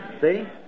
See